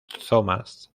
thomas